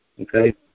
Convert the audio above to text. Okay